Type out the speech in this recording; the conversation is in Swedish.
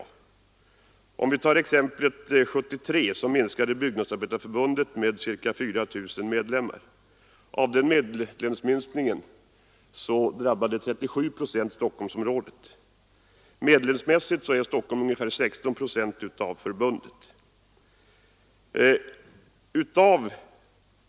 Exempelvis under 1973 minskade Byggnadsarbetareförbundet med ca 4 000 medlemmar. Av den minskningen drabbade 37 procent Stockholmsområdet. Medlemsmässigt utgör Stockholm ungefär 16 procent av förbundet.